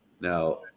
Now